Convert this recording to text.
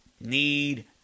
need